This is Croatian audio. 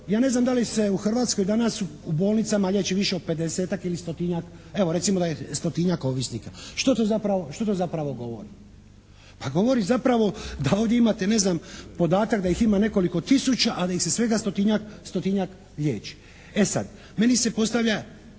ja ne znam da li se u Hrvatskoj danas u bolnicama liječi više od 50-ak ili stotinjak, evo recimo da je stotinjak ovisnika. Što to zapravo govori? Pa govori zapravo da ovdje imate ne znam podatak da ih ima nekoliko tisuća, a da ih se svega stotinjak liječi. E sad, meni se postavlja